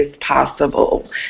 possible